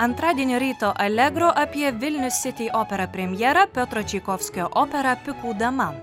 antradienio ryto alegro apie vilnius siti opera premjerą piotro čaikovskio operą pikų dama